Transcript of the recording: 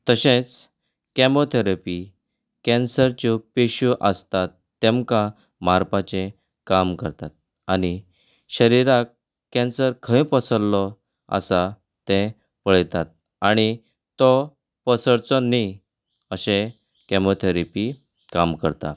तशेंच कॅमोथॅरपी कँसराच्यो पेश्यो आसतात तेमकां मारपाचें काम करतात आनी शरिराक कँसर खंय पसरिल्लो आसा तें पळयतात आनी तो पसरचो न्हय अशें कॅमोथॅरपी काम करता